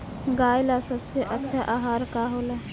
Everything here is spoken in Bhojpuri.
गाय ला सबसे अच्छा आहार का होला?